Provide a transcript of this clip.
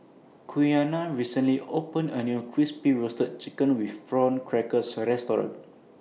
Quiana recently opened A New Crispy Roasted Chicken with Prawn Crackers Restaurant